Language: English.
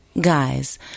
Guys